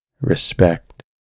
respect